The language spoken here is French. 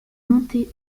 montées